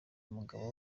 umugabo